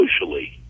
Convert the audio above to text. socially